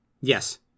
Yes